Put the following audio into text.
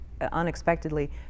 unexpectedly